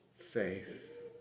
faith